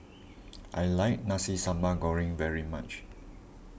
I like Nasi Sambal Goreng very much